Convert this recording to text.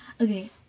okay